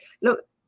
Look